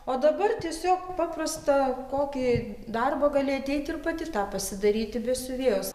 o dabar tiesiog paprastą kokį darbą gali ateiti ir pati tą pasidaryti be siuvėjos